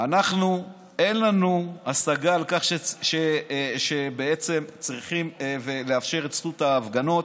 אין לנו השגה על כך שצריכים לאפשר את זכות ההפגנות.